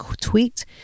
tweaked